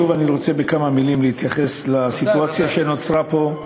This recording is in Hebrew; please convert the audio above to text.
שוב אני רוצה בכמה מילים להתייחס לסיטואציה שנוצרה פה,